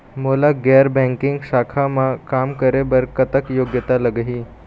मोला गैर बैंकिंग शाखा मा काम करे बर कतक योग्यता लगही?